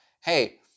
hey